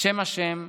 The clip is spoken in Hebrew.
בשם ה'